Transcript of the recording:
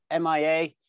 MIA